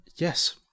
Yes